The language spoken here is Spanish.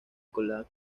college